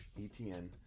ETN